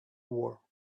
war